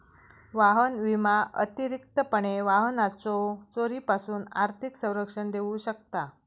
वाहन विमा अतिरिक्तपणे वाहनाच्यो चोरीपासून आर्थिक संरक्षण देऊ शकता